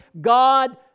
God